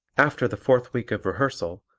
after the fourth week of rehearsal,